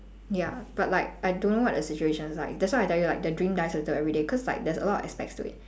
ya but like I don't know what the situation's like that's why I tell you like the dream dies into everyday cause like there's a lot of aspects to it